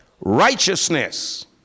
righteousness